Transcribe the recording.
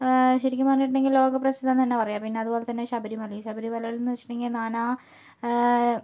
ശരിക്കും പറഞ്ഞിട്ടുണ്ടെങ്കിൽ ലോകപ്രസിദ്ധം എന്നുതന്നെ പറയാം പിന്നതുപോലെ തന്നെ ശബരിമലയും ശബരിമലയിൽ എന്ന് വെച്ചിട്ടുണ്ടെങ്കിൽ നാനാ